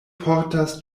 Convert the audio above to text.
portas